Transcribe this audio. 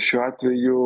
šiuo atveju